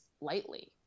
lightly